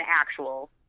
actual